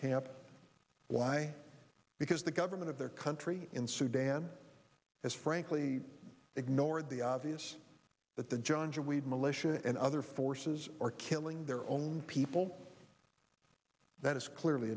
camp because the government of their country in sudan has frankly ignored the obvious that the john jaweed militia and other forces are killing their own people that is clearly